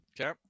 okay